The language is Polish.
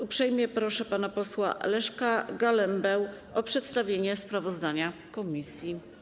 Uprzejmie proszę pana posła Leszka Galembę o przedstawienie sprawozdania komisji.